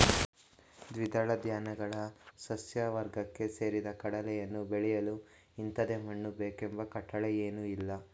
ದ್ವಿದಳ ಧಾನ್ಯಗಳ ಸಸ್ಯವರ್ಗಕ್ಕೆ ಸೇರಿದ ಕಡಲೆಯನ್ನು ಬೆಳೆಯಲು ಇಂಥದೇ ಮಣ್ಣು ಬೇಕೆಂಬ ಕಟ್ಟಳೆಯೇನೂಇಲ್ಲ